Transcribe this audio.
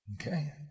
Okay